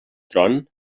tron